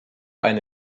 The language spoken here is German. eine